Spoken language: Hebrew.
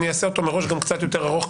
אני אעשה אותו מראש קצת יותר ארוך,